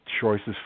choices